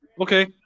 okay